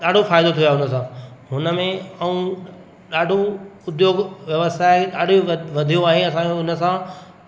ॾाढो फ़ाइदो थियो आहे हुन सां हुन में ऐं ॾाढो उद्योग व्यव्साय ॾाढो वधी वधियो आहे असांयो उन सां